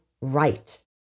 right